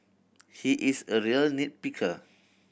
he is a real nit picker